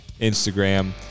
Instagram